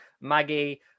Maggie